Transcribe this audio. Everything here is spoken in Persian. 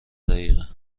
دقیقه